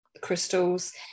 crystals